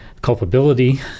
culpability